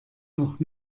noch